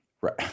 Right